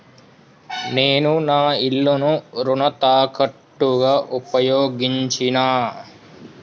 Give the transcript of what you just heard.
నేను నా ఇల్లును రుణ తాకట్టుగా ఉపయోగించినా